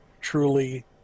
truly